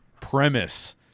premise